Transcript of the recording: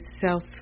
self